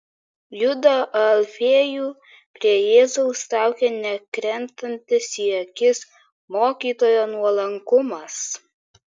judą alfiejų prie jėzaus traukė nekrentantis į akis mokytojo nuolankumas